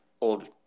old